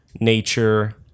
nature